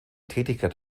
tätigkeit